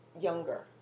younger